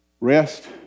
rest